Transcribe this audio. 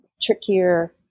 trickier